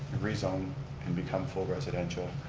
rezone can become full residential.